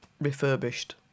refurbished